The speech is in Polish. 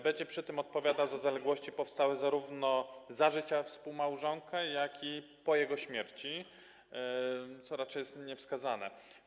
Będzie przy tym odpowiadał za zaległości powstałe zarówno za życia współmałżonka, jak i po jego śmierci, co raczej jest niewskazane.